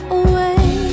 away